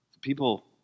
People